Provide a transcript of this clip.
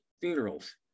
funerals